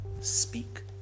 speak